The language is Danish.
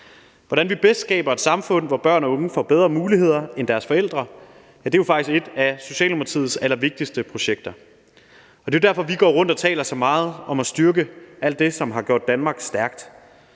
Hvordan vi bedst skaber et samfund, hvor børn og unge får bedre muligheder end deres forældre, er jo faktisk et af Socialdemokratiets allervigtigste projekter. Det er jo derfor, vi går rundt og taler så meget om at styrke alt det, som har gjort Danmark stærkt: